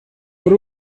por